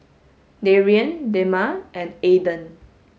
Darien Dema and Aidan